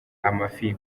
amafi